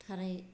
थाराय